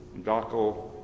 Gockel